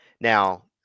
Now